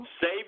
Save